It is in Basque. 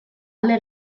ale